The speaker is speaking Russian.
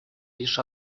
лишь